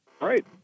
right